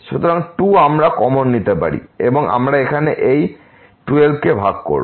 সুতরাং 2 আমরা কমন নিতে পারি এবং আমরা এখানে এই 12 কে ভাগ করব